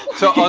so,